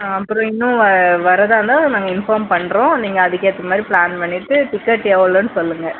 ஆ அப்புறம் இன்னும் வ வர்றதா இருந்தால் நாங்கள் இன்ஃபார்ம் பண்ணுறோம் நீங்கள் அதுக்கேற்ற மாதிரி ப்ளான் பண்ணிவிட்டு டிக்கெட் எவ்வளோன்னு சொல்லுங்கள்